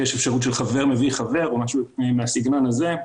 היום שיש אפשרות להגיד שחבר מביא חבר או משהו מהסגנון הזה.